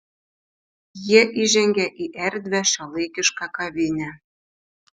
jie įžengė į erdvią šiuolaikišką kavinę